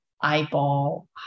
eyeball